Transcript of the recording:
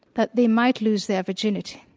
that they might lose their virginity.